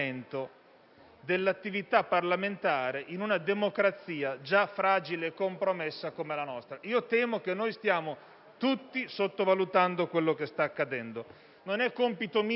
dell'attività parlamentare in una democrazia già fragile e compromessa come la nostra. Temo che stiamo tutti sottovalutando quanto sta accadendo. Non è compito mio